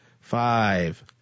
five